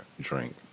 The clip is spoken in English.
drink